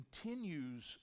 continues